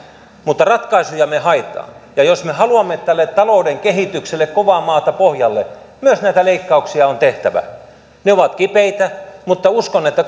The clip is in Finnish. mutta ratkaisuja me haemme ja jos me haluamme tälle talouden kehitykselle kovaa maata pohjalle myös näitä leikkauksia on tehtävä ne ovat kipeitä mutta uskon että